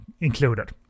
included